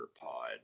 pod